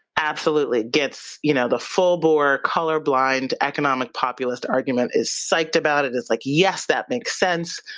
absolutely gets you know the full bore, colorblind economic populist argument, is psyched about it. is like, yes, that makes sense.